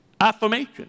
affirmation